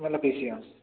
मला P C M